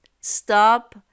stop